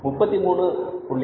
33